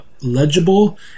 legible